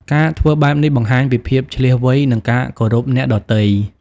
ការធ្វើបែបនេះបង្ហាញពីភាពឈ្លាសវៃ និងការគោរពអ្នកដទៃ។